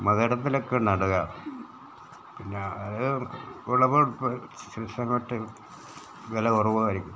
മകരത്തിലൊക്കെ നടുക പിന്നെ അത് വിളവെടുപ്പ് സീസൺ സമയത്ത് വില കുറവായിരിക്കും